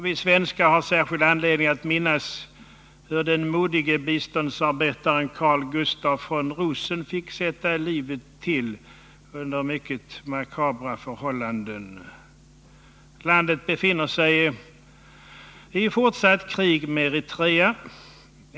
Vi svenskar har särskild anledning att minnas hur den modige biståndsarbetaren Carl Gustaf von Rosen fick sätta livet till under mycket makabra förhållanden. Landet befinner sig i fortsatt krig med Eritrea.